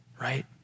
right